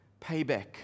payback